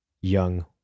young